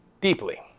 deeply